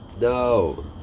No